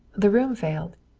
the room failed.